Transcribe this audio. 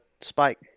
spike